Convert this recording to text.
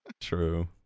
True